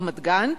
רמת-גן,